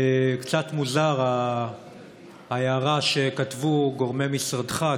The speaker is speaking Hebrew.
קצת מוזרה ההערה שכתבו גורמי משרדך,